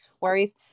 worries